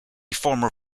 former